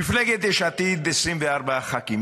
במפלגת יש עתיד 24 ח"כים.